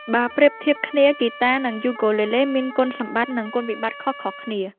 បើប្រៀបធៀបគ្នា ហ្គីតា និងយូគូលេលេមានគុណសម្បត្តិ និងគុណវិបត្តិខុសៗគ្នា។